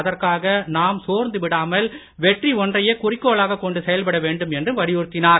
அதற்காக நாம் சோர்ந்து விடாமல் வெற்றி ஒன்றையே குறிக்கோளாகக் கொண்டு செயல்பட வேண்டும் என்றும் வலியுறுத்தினார்